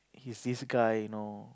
is this guy you know